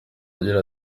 agira